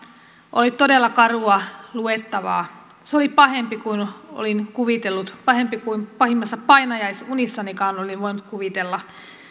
oli todella karua luettavaa se oli pahempi kuin olin kuvitellut pahempi kuin pahimmassa painajaisunissanikaan olin voinut kuvitella